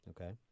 Okay